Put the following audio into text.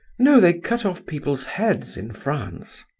no, they cut off people's heads in france.